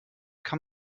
kann